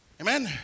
Amen